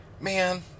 man